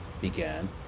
began